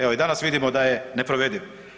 Evo i danas vidimo da je neprovediv.